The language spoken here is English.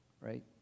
right